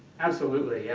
absolutely. yeah